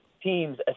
Teams